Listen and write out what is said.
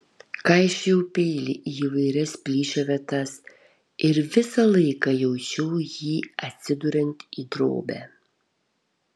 kaišiojau peilį į įvairias plyšio vietas ir visą laiką jaučiau jį atsiduriant į drobę